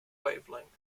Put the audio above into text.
wavelength